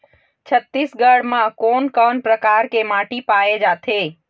छत्तीसगढ़ म कोन कौन प्रकार के माटी पाए जाथे?